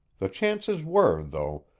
the chances were, though,